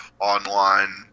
online